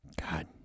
God